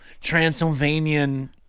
Transylvanian